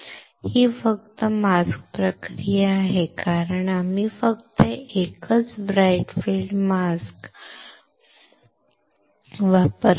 ही फक्त एक मास्क प्रक्रिया आहे कारण आम्ही फक्त एकच ब्राइट फील्ड मास्क वापरला आहे